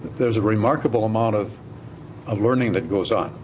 there's a remarkable amount of of learning that goes on,